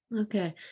okay